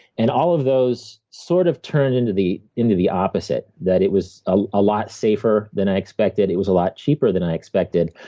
and all of those sort of turned into the into the opposite, that it was a a lot safer than i expected. it was a lot cheaper than i expected.